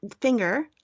finger